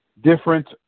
different